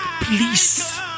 Please